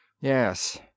yes